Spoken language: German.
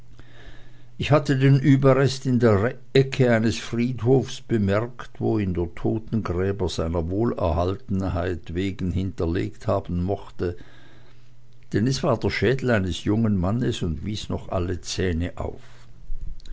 ich hatte den überrest in der ecke eines friedhofes bemerkt wo ihn der totengräber seiner wohlerhaltenheit wegen hingelegt haben mochte denn es war der schädel eines jungen mannes und wies noch alle zähne auf